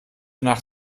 nach